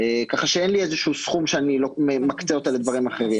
אין לי איזה סכום שאני מקצה אותו לדברים אחרים.